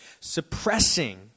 suppressing